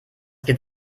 geht